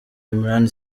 imran